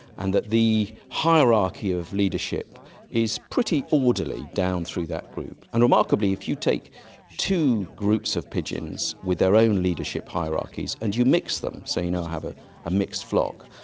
and that the hierarchy of leadership is pretty orderly down through that group. and remarkably, if you take two groups of pigeons with their own leadership hierarchies and you mix them, so you now know have ah a mixed flock,